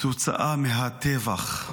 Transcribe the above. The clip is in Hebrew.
כתוצאה מהטבח,